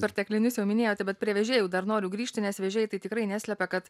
perteklinis jau minėjote bet prie vežėjų dar noriu grįžti nes vežėjai tai tikrai neslepia kad